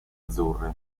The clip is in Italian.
azzurre